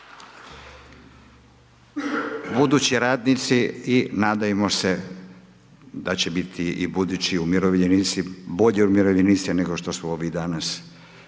Budući radnici i nadajmo se da će biti i budući umirovljenici, bolji umirovljenici nego što su ovi danas